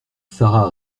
sara